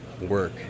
work